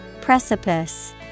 precipice